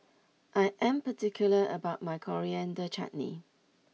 I am particular about my Coriander Chutney